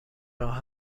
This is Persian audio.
راه